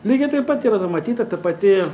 lygiai taip pat yra numatyta ta pati